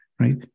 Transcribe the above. right